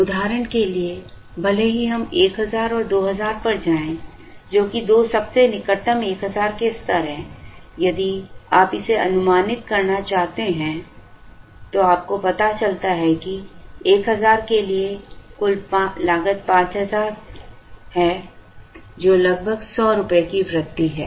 उदाहरण के लिए भले ही हम 1000 और 2000 पर जाएं जो कि दो सबसे निकटतम 1000 के स्तर है यदि आप इसे अनुमानित करना चाहते हैं तो आपको पता चलता है कि 1000 के लिए कुल लागत 5000 है जो लगभग 100 रुपये की वृद्धि है